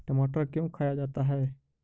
टमाटर क्यों खाया जाता है?